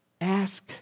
Ask